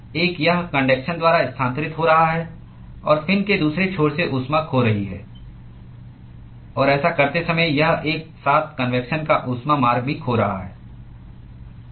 एक यह कन्डक्शन द्वारा स्थानांतरित हो रहा है और फिन के दूसरे छोर से ऊष्मा खो रही है और ऐसा करते समय यह एक साथ कन्वेक्शन का ऊष्मा मार्ग भी खो रहा है